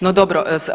No dobro.